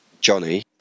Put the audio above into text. Johnny